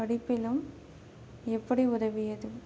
படிப்பிலும் எப்படி உதவியது